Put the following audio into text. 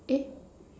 eh